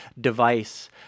device